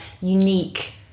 unique